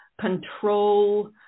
control